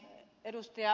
ukkolalle